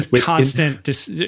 constant